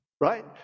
right